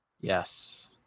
Yes